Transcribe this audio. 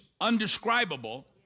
undescribable